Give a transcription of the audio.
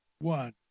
one